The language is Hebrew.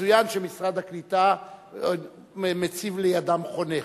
מצוין שמשרד הקליטה מציב לידם חונך,